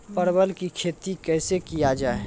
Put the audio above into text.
परवल की खेती कैसे किया जाय?